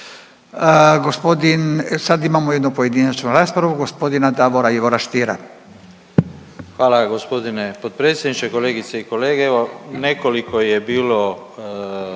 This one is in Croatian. Gospodin, sad imamo jednu pojedinačnu raspravu gospodina Davora Ive Stiera. **Stier, Davor Ivo (HDZ)** Hvala gospodine potpredsjedniče, kolegice i kolege.